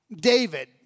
David